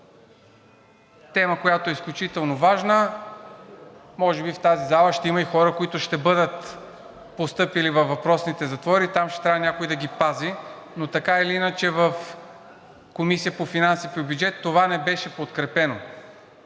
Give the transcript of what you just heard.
тема, която е изключително важна. Може би в тази зала ще има хора, които ще бъдат постъпили във въпросните затвори, там ще трябва някой да ги пази, но така или иначе в Комисията по бюджет и финанси това не беше подкрепено.